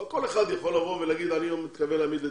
לא כל אחד יכול לבוא ולומר שהוא לא מתכוון להעמיד לדין.